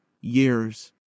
years